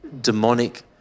demonic